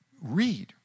read